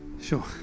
sure